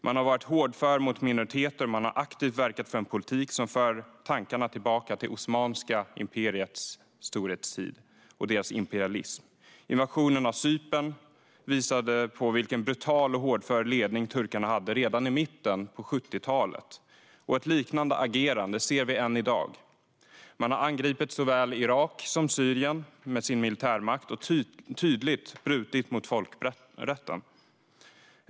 Man har varit hårdför mot minoriteter, och man har aktivt verkat för en politik som för tankarna tillbaka till det osmanska imperiets storhetstid och dess imperialism. Invasionen av Cypern visade vilken brutal och hårdför ledning turkarna hade redan i mitten av 70-talet. Ett liknande agerande ser vi än i dag. Man har angripit såväl Irak som Syrien med sin militärmakt och tydligt brutit mot folkrätten.